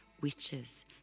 witches